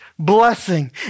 Blessing